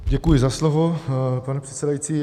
Děkuji za slovo, pane předsedající.